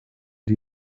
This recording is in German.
die